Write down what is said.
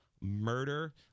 murder